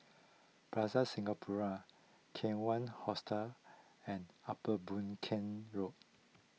Plaza Singapura Kawan Hostel and Upper Boon Keng Road